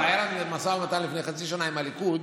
אבל היה לנו משא ומתן לפני חצי שנה עם הליכוד.